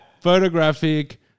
photographic